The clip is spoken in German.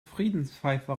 friedenspfeife